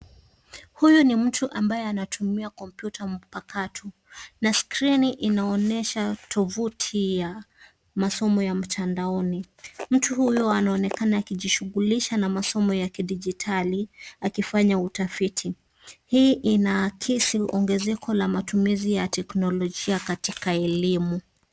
Huyu ni mtu ambaye anatumia kompyuta mpakato na skrini inaonyesha tovuti ya masomo ya mtandaoni. Mtu huyu anaonekana akijishughulisha na masomo ya kidijitali akifanya utafiti. Hii inaakisi ongezeko la matumizi ya teknolojia katika elimu.